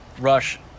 Rush